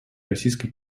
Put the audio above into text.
российско